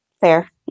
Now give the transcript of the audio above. Fair